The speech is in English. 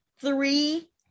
three